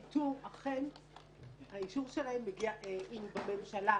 אכן האישור של ועדות איתור מגיע אם הוא בממשלה,